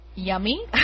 yummy